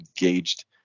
engaged